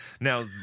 now